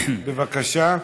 בבקשה.